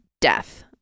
Death